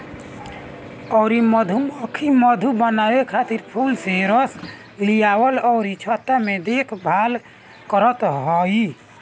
अउरी मधुमक्खी मधु बनावे खातिर फूल से रस लियावल अउरी छत्ता के देखभाल करत हई